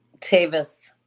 Tavis